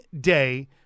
day